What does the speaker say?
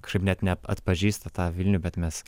kažkaip net neatpažįsta tą vilnių bet mes